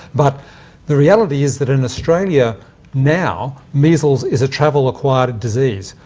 but the reality is that in australia now measles is a travel-acquired disease,